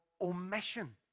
omission